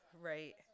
Right